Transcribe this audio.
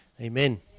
Amen